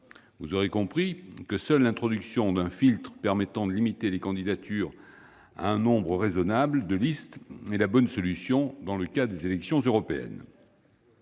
mes chers collègues, que seule l'introduction d'un filtre permettant de limiter les candidatures à un nombre raisonnable de listes constitue la bonne solution dans le cas des élections européennes.